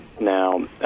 Now